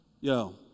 Yo